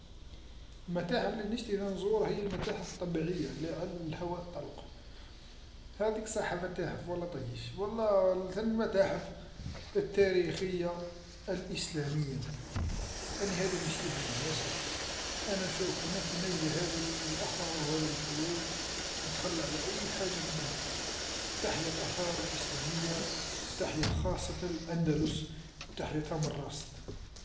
المتاحف اللي نشتي أنا نزورها هيا المتاحف الطبيعية اللي على الهواء الطلق، هاذيك صح متاحف ولا طيش ولا ثان المتاحف التاريخية الإسلامية، ثاني هذه أنا نشتيها ياسر، أنا شوف انا كي نلقا هذ أثار وهذ لحوايج نتخلى على أي حاجة في الدنيا تحيا، الاثار الاسلامية وتحية خاصة الاندلس تحية تمنراست.